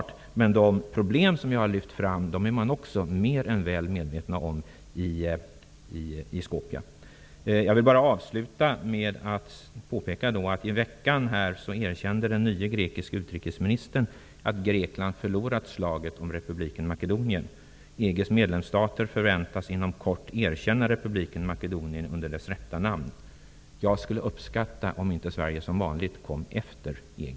Men man är i Skopje också mer än väl medveten om de problem som jag har lyft fram. Jag vill avsluta med att påpeka att den nye grekiske utrikesministern i veckan erkände att Grekland förlorat slaget om republiken Makedonien. EG:s medlemsstater förväntas inom kort erkänna republiken Makedonien under dess rätta namn. Jag skulle uppskatta om inte Sverige, som vanligt, kom efter EG.